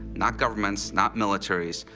not governments, not militaries,